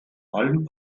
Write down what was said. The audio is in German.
allen